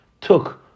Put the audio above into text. took